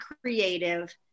creative